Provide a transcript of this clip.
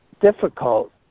difficult